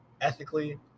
ethically